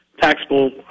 taxable